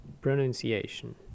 Pronunciation